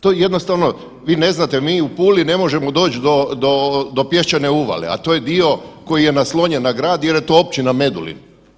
To jednostavno, vi ne znate, mi u Puli ne možemo doć do, do, do Pješčane Uvale, a to je dio koji je naslonjen na grad jer je to općina Medulin.